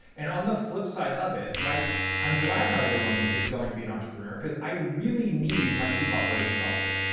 and on the flip side of it, like i'm glad not everyone is going to be an entrepreneur cause i really need my chief operations officer.